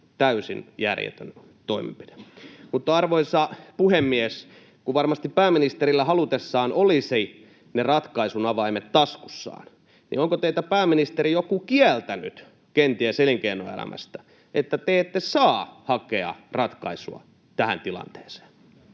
Täysin järjetön toimenpide. Mutta, arvoisa puhemies, kun varmasti pääministerillä halutessaan olisi ne ratkaisun avaimet taskussaan, niin onko teitä, pääministeri, joku kieltänyt, kenties elinkeinoelämästä, että te ette saa hakea ratkaisua tähän tilanteeseen?